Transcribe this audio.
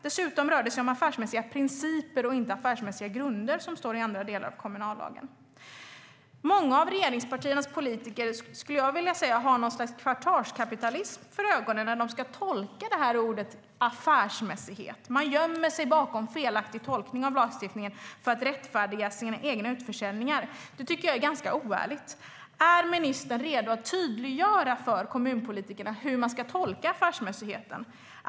Dessutom rör det sig om affärsmässiga principer och inte affärsmässiga grunder, som det står i andra delar av kommunallagen. Många av regeringspartiernas politiker har någon sorts kvartalskapitalism för ögonen när de ska tolka ordet affärsmässighet. De gömmer sig bakom en felaktig tolkning av lagstiftningen för att rättfärdiga sina egna utförsäljningar. Det tycker jag är ganska oärligt. Är ministern redo att tydliggöra lagstiftningen för kommunpolitikerna hur affärsmässigheten ska tolkas?